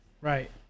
right